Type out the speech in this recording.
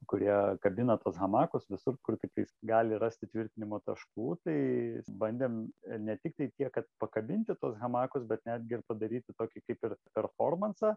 kurie kabina tuos hamakus visur kur tiktais gali rasti tvirtinimo taškų tai bandėm ir ne tiktai tiek kad pakabinti tuos hamakus bet netgi ir padaryti tokį kaip ir performansą